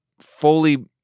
fully